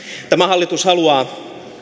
tämä hallitus haluaa